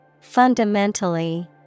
Fundamentally